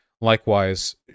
Likewise